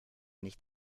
nicht